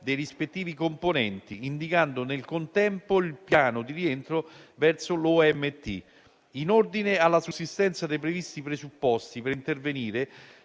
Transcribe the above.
dei rispettivi componenti, indicando nel contempo il piano di rientro verso l'obiettivo di medio termine (OMT). In ordine alla sussistenza dei previsti presupposti per intervenire,